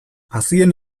hazien